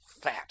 fat